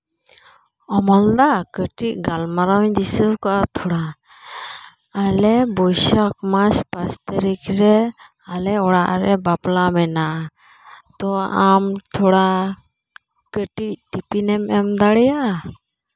ᱚᱢᱚᱞᱫᱟ ᱠᱟᱹᱴᱤᱡ ᱜᱟᱞᱢᱟᱨᱟᱣ ᱤᱧ ᱞᱟᱹᱭ ᱠᱟᱫᱟ ᱛᱷᱚᱲᱟ ᱟᱞᱮ ᱵᱟᱹᱭᱥᱟᱹᱠᱷ ᱢᱟᱥ ᱯᱟᱸᱪ ᱛᱟᱹᱨᱤᱠᱷ ᱨᱮ ᱟᱞᱮ ᱚᱲᱟᱜ ᱨᱮ ᱵᱟᱯᱞᱟ ᱢᱮᱱᱟᱜᱼᱟ ᱛᱚ ᱟᱢ ᱛᱷᱚᱲᱟ ᱠᱟᱹᱴᱤᱡ ᱴᱤᱯᱤᱱ ᱮᱢ ᱫᱟᱲᱮᱭᱟᱜᱼᱟ